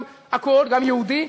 גם יהודי,